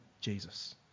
Jesus